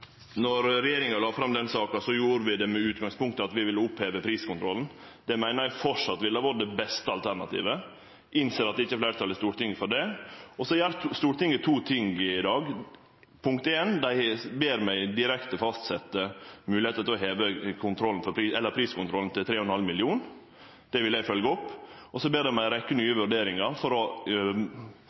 regjeringa la fram denne saka, gjorde vi det med utgangspunkt i at vi ville oppheve priskontrollen. Det meiner eg framleis ville ha vore det beste alternativet. Eg innser at det ikkje er fleirtal i Stortinget for det. Så gjer Stortinget to ting i dag: Dei ber meg direkte fastsetje moglegheita til å heve grensa for priskontrollen til 3,5 mill. kr. Det vil eg følgje opp. Dei ber om ei rekkje nye vurderingar for å